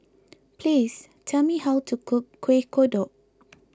please tell me how to cook Kuih Kodok